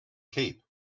cape